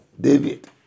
David